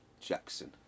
Jackson